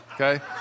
okay